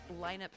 lineup